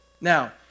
Now